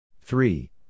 Three